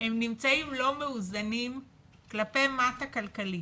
הם נמצאים לא מאוזנים כלפי מטה כלכלית,